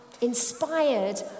inspired